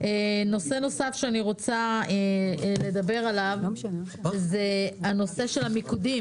נושא נוסף שאני רוצה לדבר עליו זה הנושא של המיקוד.